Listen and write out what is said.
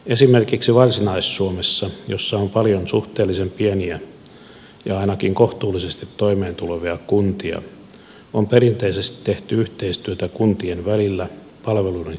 esimerkiksi varsinais suomessa jossa on paljon suhteellisen pieniä ja ainakin kohtuullisesti toimeentulevia kuntia on perinteisesti tehty yhteistyötä kuntien välillä palveluiden järjestämiseksi